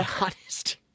honest